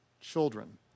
children